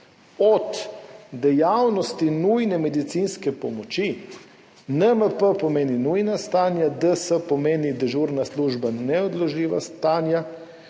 od dejavnosti nujne medicinske pomoči, NMP pomeni nujna stanja, DS pomeni dežurna služba za neodložljiva stanja,